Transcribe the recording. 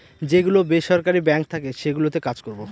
যে গুলো বেসরকারি বাঙ্ক থাকে সেগুলোতে কাজ করবো